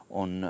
on